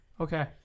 Okay